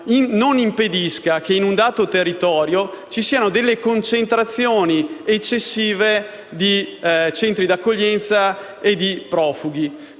non impedisca che in un dato territorio ci siano concentrazioni eccessive di centri di accoglienza e di profughi.